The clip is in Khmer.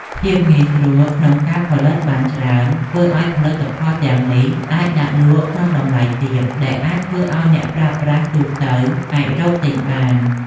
ភាពងាយស្រួលក្នុងការផលិតបានច្រើនធ្វើឱ្យផលិតផលទាំងនេះអាចដាក់លក់ក្នុងតម្លៃទាប ដែលអាចធ្វើឱ្យអ្នកប្រើប្រាស់ទូទៅអាចរកទិញបាន។